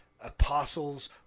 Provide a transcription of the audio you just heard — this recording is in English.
apostles